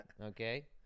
Okay